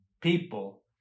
people